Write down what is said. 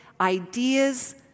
ideas